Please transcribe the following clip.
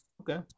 okay